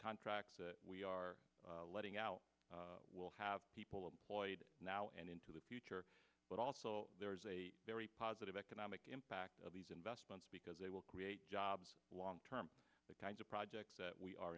contract that we are letting out will have people employed now and into the future but also there is a very positive economic impact of these investments because they will create jobs long term the kinds of projects that we are